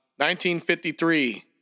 1953